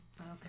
Okay